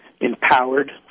empowered